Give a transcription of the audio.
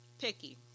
Picky